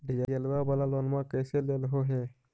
डीजलवा वाला लोनवा कैसे लेलहो हे?